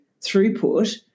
throughput